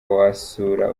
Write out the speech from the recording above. wasura